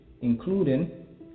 including